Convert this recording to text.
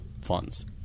funds